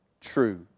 true